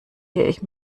ich